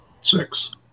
Six